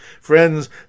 Friends